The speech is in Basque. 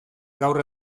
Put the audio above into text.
gaur